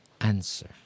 answer